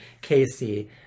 casey